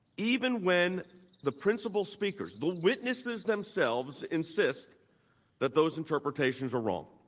even when the principal speakers, the witnesses themselves insist that those interpretations are wrong.